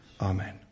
Amen